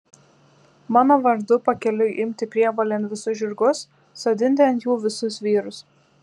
mano vardu pakeliui imti prievolėn visus žirgus sodinti ant jų visus vyrus